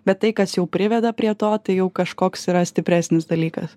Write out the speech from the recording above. bet tai kas jau priveda prie to tai jau kažkoks yra stipresnis dalykas